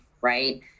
right